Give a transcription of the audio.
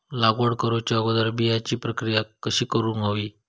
लागवड करूच्या अगोदर बिजाची प्रकिया कशी करून हवी?